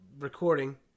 recording